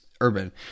urban